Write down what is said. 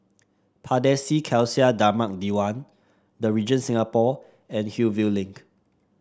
Pardesi Khalsa Dharmak Diwan The Regent Singapore and Hillview Link